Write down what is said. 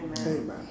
Amen